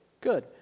good